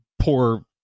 poor